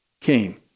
came